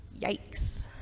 Yikes